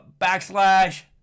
backslash